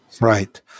Right